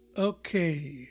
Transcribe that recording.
Okay